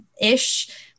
ish